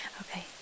Okay